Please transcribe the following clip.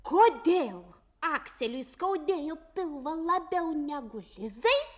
kodėl akseliui skaudėjo pilvą labiau negu lizai